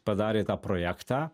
padarė tą projektą